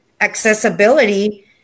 accessibility